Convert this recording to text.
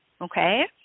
okay